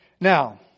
Now